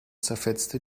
zerfetzte